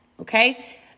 okay